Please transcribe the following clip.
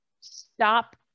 stop